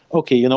okay, you know